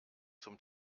zum